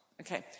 Okay